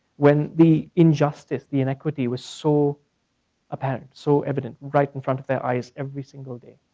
when the injustice, the inequity was so apparent, so evident, right in front of their eyes every single day.